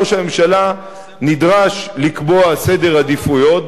ראש הממשלה נדרש לקבוע סדר עדיפויות.